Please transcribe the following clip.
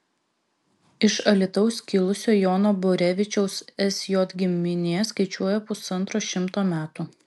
iš alytaus kilusio jono borevičiaus sj giminė skaičiuoja pusantro šimto metų